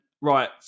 right